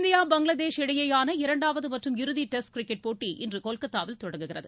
India Bangladesh இடையேயான இரண்டாவது மற்றும் இறுதி டெஸ்ட் கிரிக்கெட் போட்டி இன்று கொல்கத்தாவில் தொடங்குகிறது